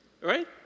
Right